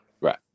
Right